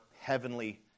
heavenly